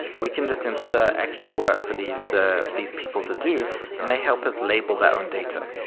we can just insert extra work for these ah these people to do and they help us label their own data.